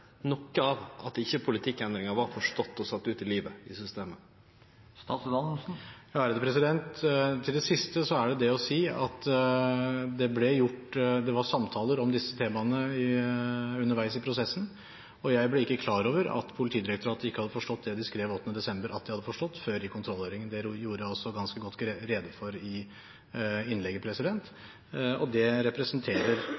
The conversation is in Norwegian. av det at politikkendringa ikkje var forstått og sett ut i livet i systemet. Til det siste er det det å si at det var samtaler om disse temaene underveis i prosessen. Jeg ble ikke før i kontrollhøringen klar over at Politidirektoratet ikke hadde forstått det de den 8. desember skrev at de hadde forstått. Det gjorde jeg også ganske godt rede for i innlegget, og dette representerer den situasjonen som var og utspant seg da. Når det